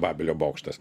babelio bokštas